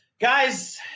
Guys